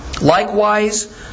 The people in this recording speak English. Likewise